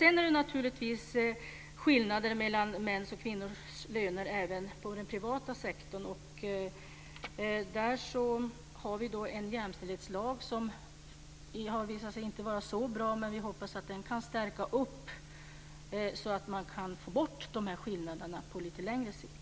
Det är naturligtvis skillnader mellan mäns och kvinnors löner även i den privata sektorn. Där har vi en jämställdhetslag, som har visat sig inte vara så bra men som vi hoppas kan stärkas så att vi får bort skillnaderna på lite längre sikt.